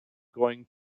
going